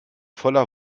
voller